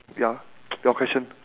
ya your question